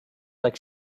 like